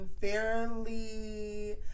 Fairly